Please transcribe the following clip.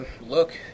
look